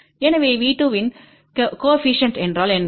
எனவே V2இன் கோஏபிசிஎன்ட் என்றால் என்ன